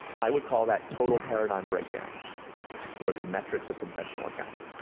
i would call that total paradigm breakdown for the metrics of conventional accounting.